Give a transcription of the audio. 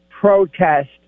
protest